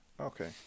okay